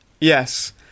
Yes